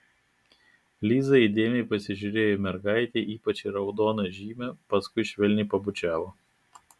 liza įdėmiai pasižiūrėjo į mergaitę ypač į raudoną žymę paskui švelniai pabučiavo